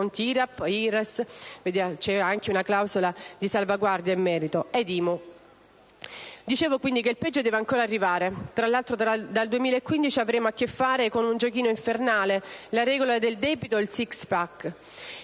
acconti IRAP, IRES (c'è anche una clausola di salvaguardia in merito) e IMU. Dicevo che il peggio deve ancora arrivare; tra l'altro, dal 2015 avremo a che fare con un giochino infernale: la regola del debito o "*six-pack*",